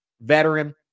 Veteran